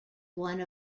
one